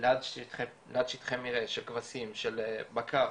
ליד שטחי מרעה, של כבשים, של בקר.